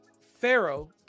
Pharaoh